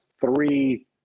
three